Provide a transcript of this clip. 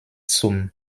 zum